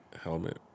helmet